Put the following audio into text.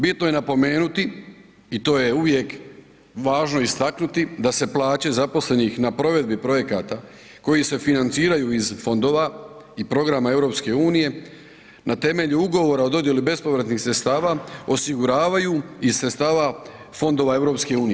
Bitno je napomenuti i to je uvijek važno istaknuti da se plaće zaposlenih na provedbi projekata koji se financiraju iz fondova i programa EU na temelju Ugovora o dodjeli bespovratnih sredstava osiguravaju i sredstava fondova EU.